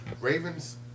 Ravens